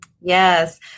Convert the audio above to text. yes